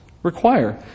Require